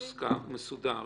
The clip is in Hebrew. מסודר